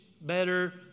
better